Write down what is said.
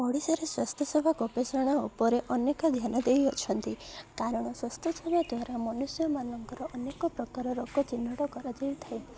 ଓଡ଼ିଶାରେ ସ୍ୱାସ୍ଥ୍ୟ ସେବା ଗବେଷଣା ଉପରେ ଅନେକ ଧ୍ୟାନ ଦେଇଅଛନ୍ତି କାରଣ ସ୍ୱାସ୍ଥ୍ୟ ସେବା ଦ୍ୱାରା ମନୁଷ୍ୟମାନଙ୍କର ଅନେକ ପ୍ରକାର ରୋଗ ଚିହ୍ନଟ କରାଯାଇଥାଏ